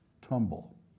tumble